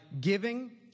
giving